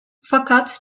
fakat